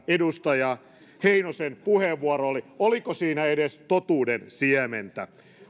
edustaja heinosen puheenvuoro oli oliko siinä edes totuuden siementä